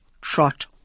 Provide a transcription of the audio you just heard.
trot